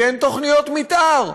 כי אין תוכניות מתאר.